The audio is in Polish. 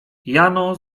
jano